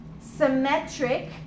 symmetric